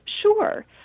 Sure